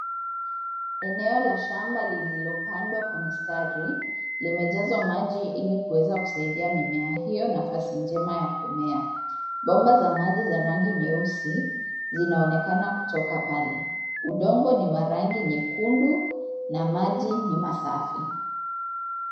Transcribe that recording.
Eneo la shamba liliopandwa kwa mistari limejazwa maji ili kuweza kusaidia mimea hiyo nafasi njema ya kumea. Bomba za maji ya rangi nyeusi zinaonekana kutoka pale. Udongo ni wa rangi nyekundu na maji ni masafi.